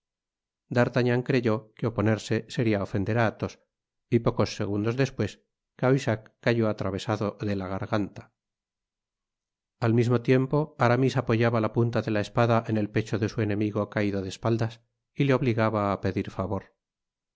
d'artagnan creyó que oponerse seria ofender á athos y pocos segundos despues cahusac cayó atravesado de la garganta content from google book search generated at al mismo tiempo aramis apoyaba la punta de la espada en el pecho de su enemigo caido de espaldas y le obligaba á pedir favor